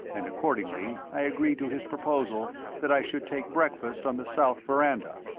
and accordingly i agreed to his proposal that i should take breakfast on the south veranda,